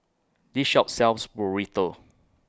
This Shop sells Burrito